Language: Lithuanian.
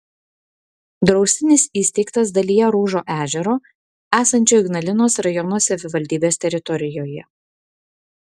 draustinis įsteigtas dalyje rūžo ežero esančio ignalinos rajono savivaldybės teritorijoje